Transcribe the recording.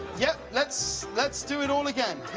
yeah let's let's do it all again.